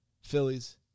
Phillies